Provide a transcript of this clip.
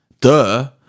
Duh